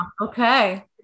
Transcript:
Okay